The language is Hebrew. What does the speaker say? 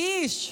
קיש.